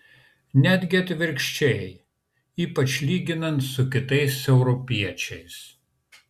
netgi atvirkščiai ypač lyginant su kitais europiečiais